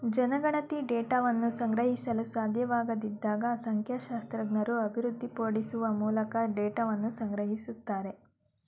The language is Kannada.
ಜನಗಣತಿ ಡೇಟಾವನ್ನ ಸಂಗ್ರಹಿಸಲು ಸಾಧ್ಯವಾಗದಿದ್ದಾಗ ಸಂಖ್ಯಾಶಾಸ್ತ್ರಜ್ಞರು ಅಭಿವೃದ್ಧಿಪಡಿಸುವ ಮೂಲಕ ಡೇಟಾವನ್ನ ಸಂಗ್ರಹಿಸುತ್ತಾರೆ